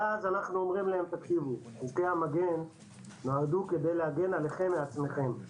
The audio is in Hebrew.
אנחנו אומרים להם שחוקי המגן נועדו להגן עליכם מעצמכם.